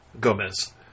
Gomez